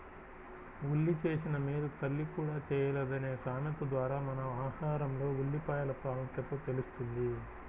ఉల్లి చేసిన మేలు తల్లి కూడా చేయలేదు అనే సామెత ద్వారా మన ఆహారంలో ఉల్లిపాయల ప్రాముఖ్యత తెలుస్తుంది